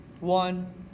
one